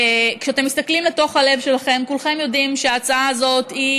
כשאתם מסתכלים לתוך הלב שלכם כולכם יודעים שההצעה הזאת היא